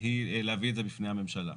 היא להביא את זה בפני הממשלה.